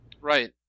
Right